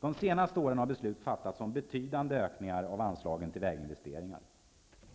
De senaste åren har beslut fattats om betydande ökningar av anslagen till väginvesteringar.